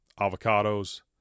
avocados